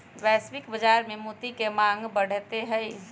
वैश्विक बाजार में मोती के मांग बढ़ते हई